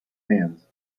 hands